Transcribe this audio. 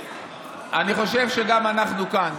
אני חושב שגם אנחנו, כאן,